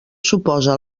suposa